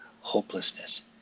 hopelessness